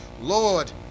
Lord